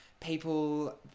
people